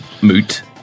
moot